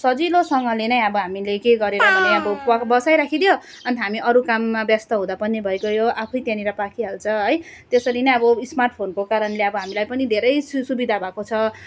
सजिलोसँगले नै अब हामीले के गरेर भने अब प बसाइराखि दियो अन्त हामी अरू काममा व्यस्त हुँदा पनि भइगयो आफै त्यहाँनिर पाकिहाल्छ है त्यसरी नै अब स्मार्ट फोनको कारणले अब हामीलाई पनि धेरै सु सुविधा भएको छ